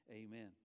amen